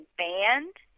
banned